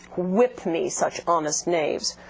whip me such honest knaves.